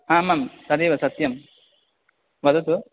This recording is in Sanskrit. आम् आम् तदेव सत्यं वदतु